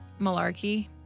malarkey